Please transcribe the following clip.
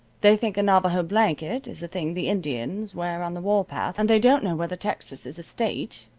they think a navajo blanket is a thing the indians wear on the war path, and they don't know whether texas is a state,